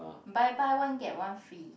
buy buy one get one free